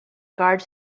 guards